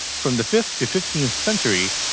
from the fifth to fifteenth century,